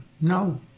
No